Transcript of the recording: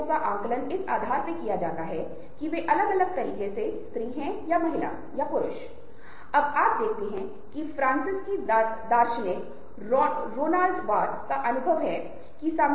लोगों को पता होना चाहिए कि आप उन्हें बिना किसी मतलब के हैलो कह रहे हैं अगर आप उन्हें तब बुलाते हैं जब आपको उनकी आवश्यकता हो तब वे आपको स्वार्थी मानेंगे